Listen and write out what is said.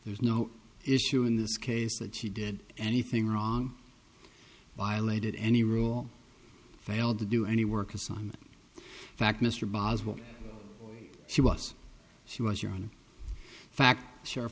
there's no issue in this case that she did anything wrong violated any rule failed to do any work assignment in fact mr boswell she was she was your own fact sh